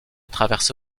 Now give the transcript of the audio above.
traverse